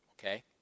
Okay